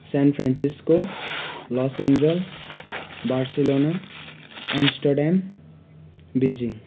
Sen Francisco Los Angeles Barcelona Amsterdam बिजिङ